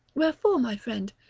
wherefore, my friend,